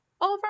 over